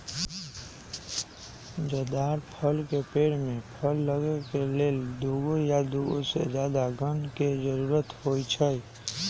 जदातर फल के पेड़ में फल लगे के लेल दुगो या दुगो से जादा गण के जरूरत होई छई